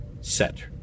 set